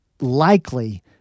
likely